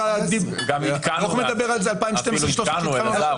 הדוח מדבר על זה, 2012 2013. אפילו עדכנו, אלעזר.